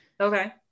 Okay